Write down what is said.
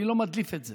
אני לא מדליף את זה,